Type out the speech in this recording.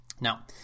Now